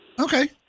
Okay